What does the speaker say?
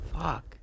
Fuck